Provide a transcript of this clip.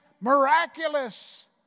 miraculous